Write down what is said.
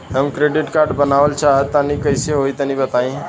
हम credit card बनवावल चाह तनि कइसे होई तनि बताई?